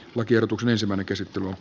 lakiehdotuksen sisällöstä